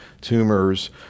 tumors